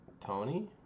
Tony